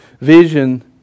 Vision